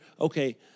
okay